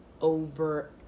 over